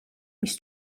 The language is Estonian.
mis